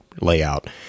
layout